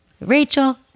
Rachel